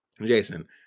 Jason